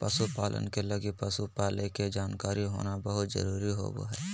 पशु पालन के लगी पशु पालय के जानकारी होना बहुत जरूरी होबा हइ